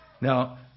Now